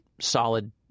solid